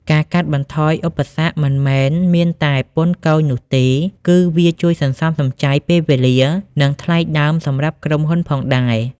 ការកាត់បន្ថយឧបសគ្គមិនមែនមានតែពន្ធគយនោះទេ គឺវាជួយសន្សំសំចៃពេលវេលា និងថ្លៃដើមសម្រាប់ក្រុមហ៊ុនផងដែរ។